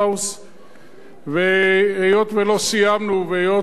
והיות שראש הממשלה לא היה ושר האוצר לא היה,